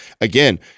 again